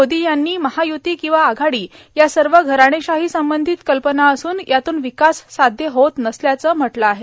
मोदी यांनी महायुती किंवा आघाडी या सर्व घराणेशाहीसंबंधी कल्पना असून यातून विकास साध्य होत नसल्याचं म्हटलं आहे